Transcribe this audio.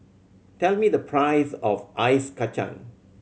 tell me the price of Ice Kachang